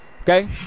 Okay